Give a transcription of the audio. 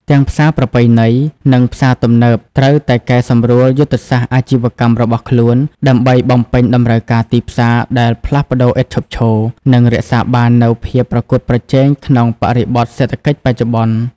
ទាំងផ្សារប្រពៃណី និងផ្សារទំនើបត្រូវតែកែសម្រួលយុទ្ធសាស្ត្រអាជីវកម្មរបស់ខ្លួន ដើម្បីបំពេញតម្រូវការទីផ្សារដែលផ្លាស់ប្តូរឥតឈប់ឈរ និងរក្សាបាននូវភាពប្រកួតប្រជែងក្នុងបរិបទសេដ្ឋកិច្ចបច្ចុប្បន្ន។